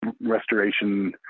restoration